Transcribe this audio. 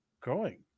growing